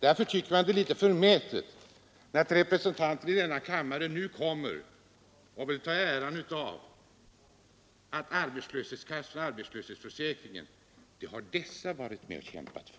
Därför tycker jag det är litet förmätet när borgerliga ledamöter av denna kammare nu vill ta äran av att ha varit med och kämpat för arbetslöshetskassorna och arbetslöshetsförsäkringen.